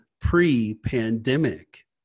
pre-pandemic